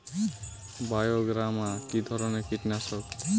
বায়োগ্রামা কিধরনের কীটনাশক?